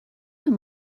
him